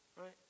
Right